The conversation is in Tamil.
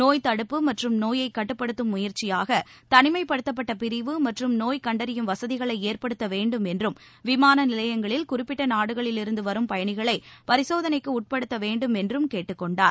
நோய்த்தடுப்பு மற்றும் நோயை கட்டுப்படுத்தும் முயற்சியாக தனிமைப்படுத்தப்பட்ட பிரிவு மற்றும் நோய் கண்டறியும் வசதிகளை ஏற்படுத்த வேண்டும் என்றும் விமான நிலையங்களில் குறிப்பிட்ட நாடுகளிலிருந்து வரும் பயணிகளை பரிசோதளைக்கு உட்படுத்த வேண்டும் என்றும் கேட்டுக் கொண்டார்